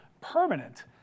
permanent